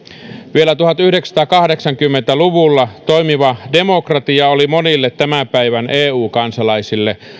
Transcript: vielä tuhatyhdeksänsataakahdeksankymmentä luvulla toimiva demokratia oli monille tämän päivän eu kansalaisille